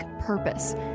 purpose